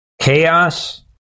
chaos